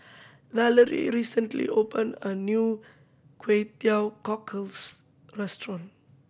Valarie recently open a new Kway Teow Cockles restaurant